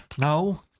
No